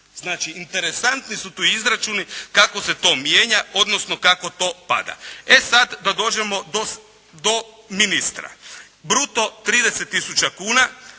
Znači interesantni su tu izračuni kako se to mijenja, odnosno kako to pada. E sada da dođemo do ministra. Bruto 30 tisuća kuna,